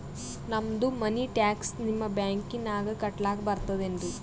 ನಮ್ದು ಮನಿ ಟ್ಯಾಕ್ಸ ನಿಮ್ಮ ಬ್ಯಾಂಕಿನಾಗ ಕಟ್ಲಾಕ ಬರ್ತದೇನ್ರಿ?